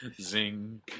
Zing